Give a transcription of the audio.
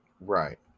Right